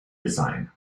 design